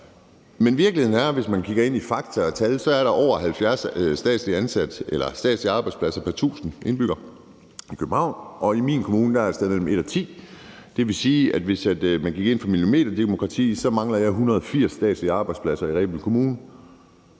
Men virkeligheden er, at hvis man kigger ind i fakta og tal, er der over 70 statslige arbejdspladser pr. 1.000 indbyggere i København, og i min kommune er der et sted mellem 1 og 10. Det vil sige, at hvis man gik ind for millimeterdemokrati, mangler jeg 180 statslige arbejdspladser i Rebild Kommune.